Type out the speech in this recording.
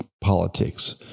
politics